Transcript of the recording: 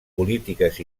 polítiques